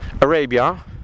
Arabia